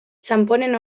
txanponen